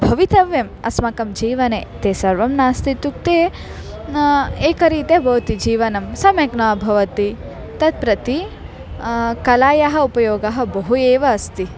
भवितव्यम् अस्माकं जीवने तत् सर्वं नास्ति इत्युक्ते एकरीत्या भवति जीवनं सम्यक् न भवति तत् प्रति कलायाः उपयोगः बहु एव अस्ति